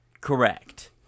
Correct